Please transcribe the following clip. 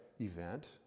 event